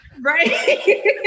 Right